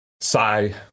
sigh